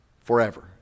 forever